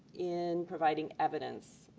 in providing evidence,